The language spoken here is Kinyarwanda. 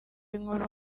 nkora